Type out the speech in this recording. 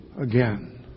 again